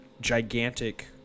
gigantic